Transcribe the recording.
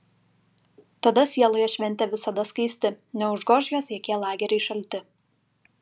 tada sieloje šventė visada skaisti neužgoš jos jokie lageriai šalti